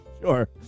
Sure